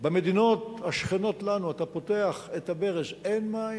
במדינות השכנות שלנו אתה פותח את הברז ואין מים